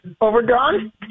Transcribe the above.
overdrawn